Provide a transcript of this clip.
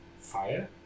Fire